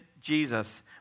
Jesus